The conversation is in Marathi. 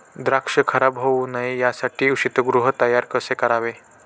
द्राक्ष खराब होऊ नये यासाठी शीतगृह तयार कसे करावे?